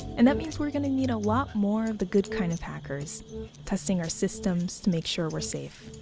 and that means were gonna need a lot more of the good kind of hackers testing our systems to make sure we're safe.